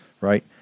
Right